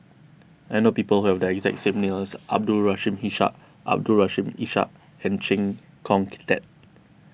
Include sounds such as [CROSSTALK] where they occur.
I know people who have the exact same [UNINTELLIGIBLE] as Abdul Rahim Ishak Abdul Rahim Ishak and Chee Kong Tet